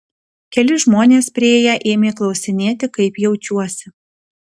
keli žmonės priėję ėmė klausinėti kaip jaučiuosi